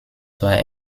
war